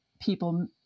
people